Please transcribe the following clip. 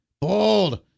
bold